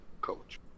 coach